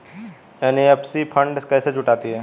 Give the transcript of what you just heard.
NBFC fund कैसे जुटाती है?